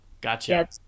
Gotcha